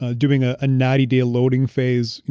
ah doing ah a ninety day loading phase,